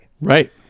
Right